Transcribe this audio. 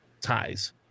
ties